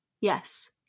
yes